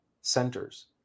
centers